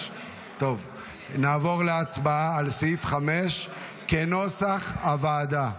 נעבור להצבעה על סעיף 5 כנוסח הוועדה.